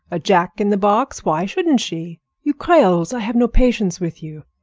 a jack-in-the-box? why shouldn't she? you creoles! i have no patience with you!